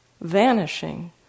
vanishing